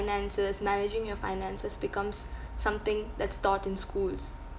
finances managing your finances becomes something that's taught in schools